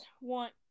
want